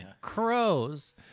Crows